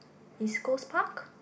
East-Coast-Park